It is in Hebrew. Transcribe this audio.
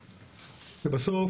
בסוף,